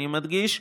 אני מדגיש,